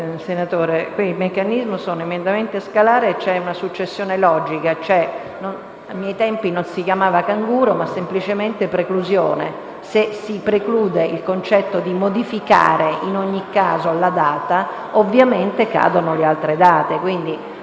Senatore Crimi, si tratta di emendamenti a scalare e c'è una successione logica. Ai miei tempi non si parlava di "canguro", ma semplicemente di preclusione. Se si preclude il concetto di modificare in ogni caso la data, ovviamente cadono le proposte